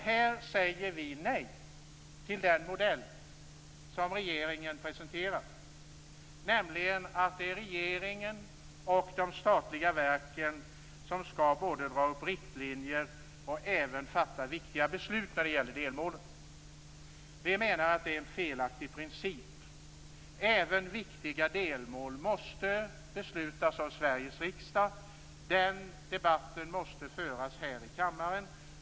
Här säger vi nej till den modell som regeringen presenterar, nämligen att det är regeringen och de statliga verken som skall både dra upp riktlinjer och även fatta viktiga beslut om delmålen. Vi menar att det är en felaktig princip. Även viktiga delmål måste beslutas av Sveriges riksdag. Den debatten måste föras här i kammaren.